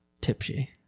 tipsy